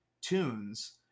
tunes